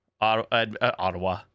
Ottawa